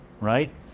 right